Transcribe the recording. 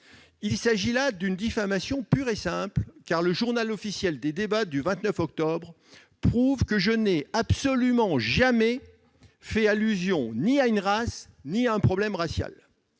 Il s'agit là d'une diffamation pure et simple : le des débats du 29 octobre dernier prouve que je n'ai absolument jamais fait allusion ni à une race ni à un problème racial.